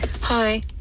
Hi